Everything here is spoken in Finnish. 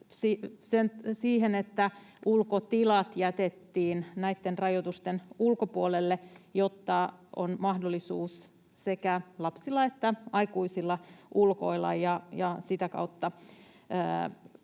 siihen, että ulkotilat jätettiin näitten rajoitusten ulkopuolelle, jotta on mahdollisuus sekä lapsilla että aikuisilla ulkoilla ja sitä kautta